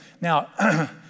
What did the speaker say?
Now